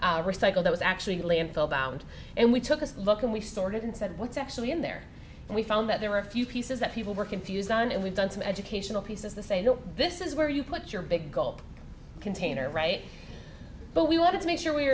and recycle that was actually landfill abound and we took a look and we sorted and said what's actually in there and we found that there were a few pieces that people were confused on and we've done some educational pieces the say no this is where you put your big gulp container right but we wanted to make sure we